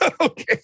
Okay